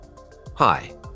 Hi